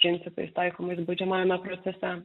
principais taikomais baudžiamajame procese